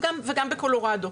וגם בקולורדו,